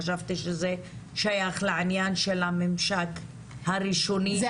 חשבתי שזה שייך לעניין של הממשק הראשוני.